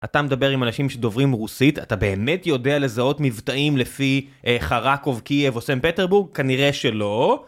אתה מדבר עם אנשים שדוברים רוסית, אתה באמת יודע לזהות מבטאים לפי חרקוב, קייב או סנט פטרבורג? כנראה שלא.